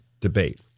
debate